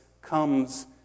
comes